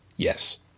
Yes